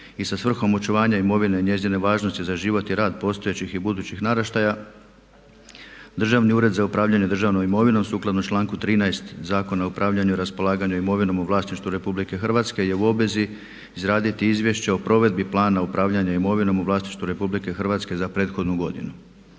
i sa svrhom očuvanja imovine i njezine važnosti za život i rad postojećih i budućih naraštaja Državni ured za upravljanje državnom imovinom sukladno članku 13. Zakona o upravljanju, raspolaganju imovinom u vlasništvu RH je u obvezi izradi izvješća o provedbi plana upravljanja imovinom u vlasništvu RH za prethodnu godinu.